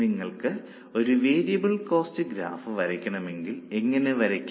നിങ്ങൾക്ക് ഒരു variable cost graph വരയ്ക്കണമെങ്കിൽ എങ്ങനെ വരയ്ക്കും